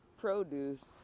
produce